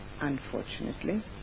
unfortunately